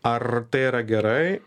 ar tai yra gerai